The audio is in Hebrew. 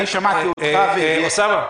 אני שמעתי אותך --- אוסאמה,